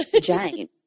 jane